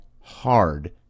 hard